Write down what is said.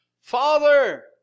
Father